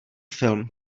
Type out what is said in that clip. film